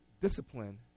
discipline